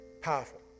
Powerful